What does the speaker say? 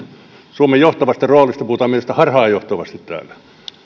suomen johtavasta roolista puhutaan minusta harhaanjohtavasti täällä